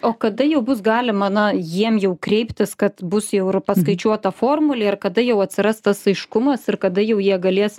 o kada jau bus galima na jiem jau kreiptis kad bus jau ir paskaičiuota formulė ir kada jau atsiras tas aiškumas ir kada jau jie galės